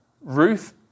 Ruth